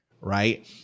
right